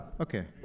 Okay